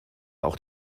auch